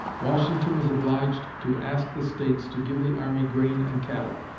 washington was obliged to ask the states to give the army grain and cattle.